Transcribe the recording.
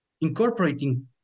incorporating